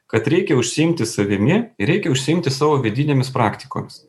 kad reikia užsiimti savimi reikia užsiimti savo vidinėmis praktikos